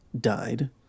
died